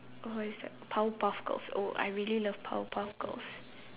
oh what is that powerpuff girls oh I really love powerpuff girls